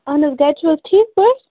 اَہن حظ گَرِ چھُو حظ ٹھیٖک پٲٹھۍ